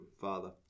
father